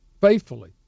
faithfully